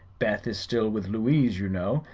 beth is still with louise, you know,